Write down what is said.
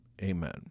Amen